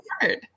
hard